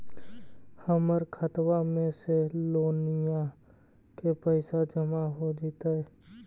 हमर खातबा में से लोनिया के पैसा जामा हो जैतय?